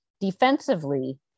defensively